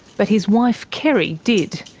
but his wife kerry did.